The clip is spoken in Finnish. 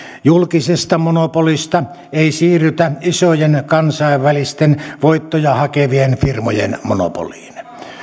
julkisesta monopolista ei siirrytä isojen kansainvälisten voittoja hakevien firmojen monopoliin